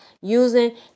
using